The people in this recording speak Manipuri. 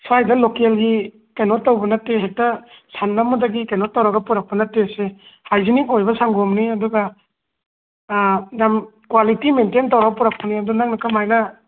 ꯁ꯭ꯋꯥꯏꯗ ꯂꯣꯀꯦꯜꯒꯤ ꯀꯩꯅꯣ ꯇꯧꯕ ꯅꯠꯇꯦ ꯍꯦꯛꯇ ꯁꯟ ꯑꯃꯗꯒꯤ ꯀꯩꯅꯣ ꯇꯧꯔꯒ ꯄꯣꯔꯛꯄ ꯅꯠꯇꯦꯁꯦ ꯍꯥꯏꯖꯦꯅꯤꯛ ꯑꯣꯏꯕ ꯁꯪꯒꯣꯝꯅꯤ ꯑꯗꯨꯒ ꯌꯥꯝ ꯀ꯭ꯋꯥꯂꯤꯇꯤ ꯃꯦꯟꯇꯦꯟ ꯇꯧꯔꯒ ꯄꯨꯔꯛꯄꯅꯤ ꯑꯗꯨꯒ ꯅꯪꯅ ꯀꯃꯥꯏꯅ